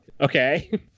Okay